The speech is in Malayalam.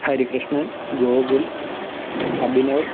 ഹരികൃഷ്ണൻ ഗോകുൽ അഭിനവ്